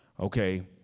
Okay